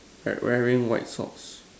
red wearing white socks